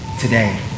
today